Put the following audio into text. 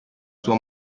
sua